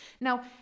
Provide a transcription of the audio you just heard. Now